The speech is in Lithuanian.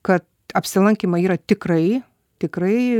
kad apsilankymai yra tikrai tikrai